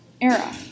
era